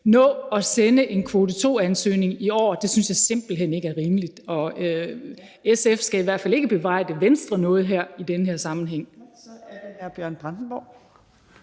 nå at sende en kvote 2-ansøgning i år. Det synes jeg simpelt hen ikke er rimeligt. SF skal i hvert fald ikke bebrejde Venstre noget i den her sammenhæng.